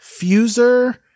Fuser